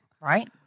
right